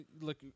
look